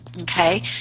Okay